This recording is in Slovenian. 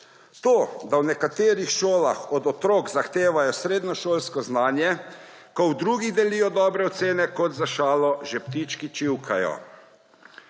To, da v nekaterih šolah od otrok zahtevajo srednješolsko znanje, ko v drugih delijo dobre ocene kot za šalo, že ptički čivkajo.